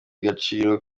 gaciro